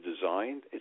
designed